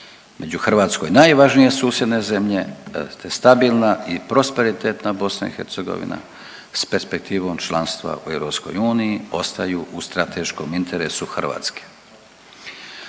među Hrvatskoj najvažnije susjedne zemlje, stabilna i prosperitetna BiH s perspektivom članstva u EU ostaju u strateškom interesu Hrvatske.